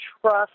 trust